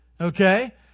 Okay